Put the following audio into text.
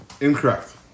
Incorrect